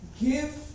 give